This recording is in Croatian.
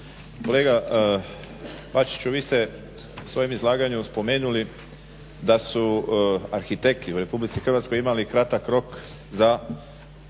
Kolega Bačiću vi ste u svojem izlaganju spomenuli da su arhitekti u RH imali kratak rok za